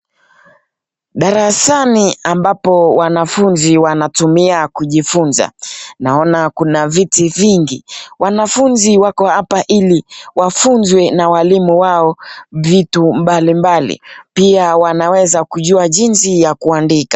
Darasani ambapo wanafunzi wanatumia kujifunza, naona kuna viti vingi, wanafunzi wako apa ili wafunzwe na walimu wao vitu mbalimbali. Pia wanaweza kujua jinsi ya kuandika.